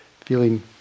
feeling